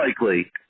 likely